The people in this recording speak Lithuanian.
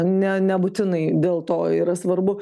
ne nebūtinai dėl to yra svarbu